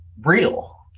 real